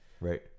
Right